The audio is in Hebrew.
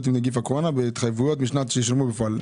עם נגיף הקורונה בהתחייבויות שישולמו בפועל.